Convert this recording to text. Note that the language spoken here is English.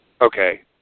Okay